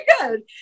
good